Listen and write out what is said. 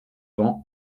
vend